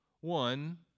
One